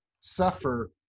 suffer